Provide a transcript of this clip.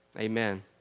Amen